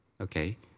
Okay